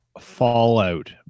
fallout